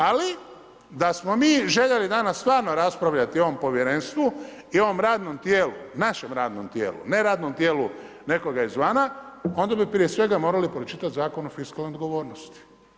Ali da smo mi željeli danas stvarno raspravljati o ovom povjerenstvu i o ovom radnom tijelu, našem radnom tijelu, ne radnom tijelu nekoga izvana onda bi prije svega morali pročitati Zakon o fiskalnoj odgovornosti.